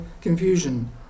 confusion